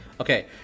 Okay